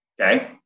okay